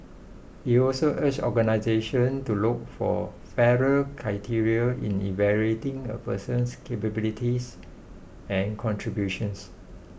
he also urged organisations to look for fairer criteria in evaluating a person's capabilities and contributions